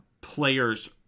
players